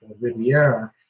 Riviera